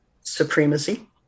supremacy